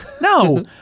No